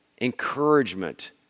encouragement